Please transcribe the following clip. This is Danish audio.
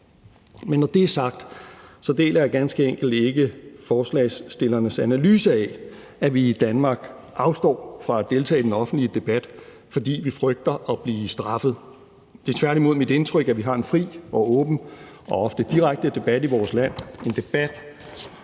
Men når det er sagt, deler jeg ganske enkelt ikke forslagsstillernes analyse af, at vi i Danmark afstår fra at deltage i den offentlige debat, fordi vi frygter at blive straffet. Det er tværtimod mit indtryk, at vi har en fri og åben og ofte direkte debat i vores land,